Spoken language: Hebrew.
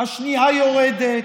השנייה יורדת,